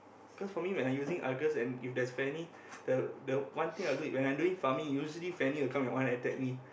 cause for me when I using Argus and if there's Fanny the the one thing I'll do when I'm doing farming usually Fanny will come and wanna attack me